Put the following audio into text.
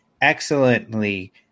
excellently